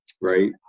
right